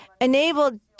enabled